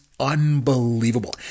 Unbelievable